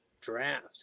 draft